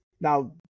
Now